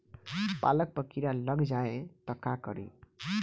पालक पर कीड़ा लग जाए त का करी?